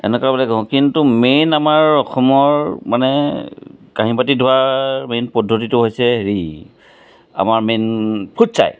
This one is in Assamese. এনেকুৱাবিলাকে ঘহোঁ কিন্তু মেইন আমাৰ অসমৰ মানে কাঁহী বাতি ধোৱাৰ মেইন পদ্ধতিটো হৈছে হেৰি আমাৰ মেইন ফুটছাই